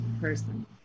person